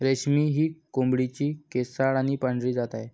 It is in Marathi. रेशमी ही कोंबडीची केसाळ आणि पांढरी जात आहे